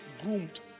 groomed